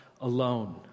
alone